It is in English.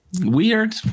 weird